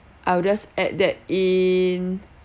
I'll just add that in